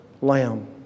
lamb